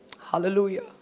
Hallelujah